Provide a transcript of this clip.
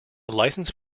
license